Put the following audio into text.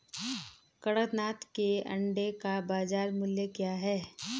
कड़कनाथ के अंडे का बाज़ार मूल्य क्या है?